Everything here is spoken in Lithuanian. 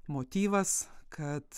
motyvas kad